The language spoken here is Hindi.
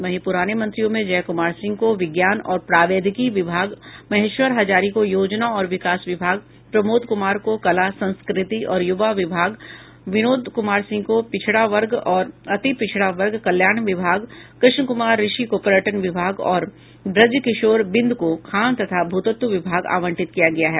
वहीं पुराने मंत्रियों में जय कुमार सिंह को विज्ञान और प्रावैधिकी विभाग महेश्वर हजारी को योजना और विकास विभाग प्रमोद कुमार को कला संस्कृति और युवा विभाग बिनोद कुमार सिंह को पिछड़ा वर्ग और अतिपिछड़ा वर्ग कल्याण विभाग कृष्ण कुमार ऋषि को पर्यटन विभाग और ब्रजकिशोर बिंद को खान तथा भूतत्व विभाग आवंटित किया गया है